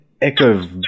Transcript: echo